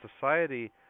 Society